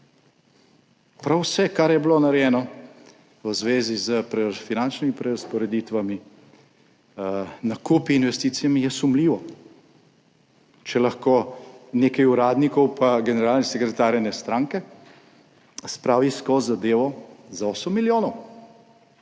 Prav vse, kar je bilo narejeno v zvezi s finančnimi prerazporeditvami, nakupi, investicijami, je sumljivo, če lahko nekaj uradnikov pa generalni sekretar ene stranke spravi skozi zadevo za 8 milijonov.